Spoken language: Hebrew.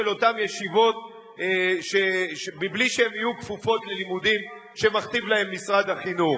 אותן ישיבות בלי שהן יהיו כפופות ללימודים שמכתיב להן משרד החינוך.